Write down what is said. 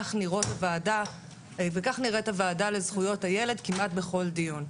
וכך נראית הוועדה לזכויות הילד כמעט בכל דיון.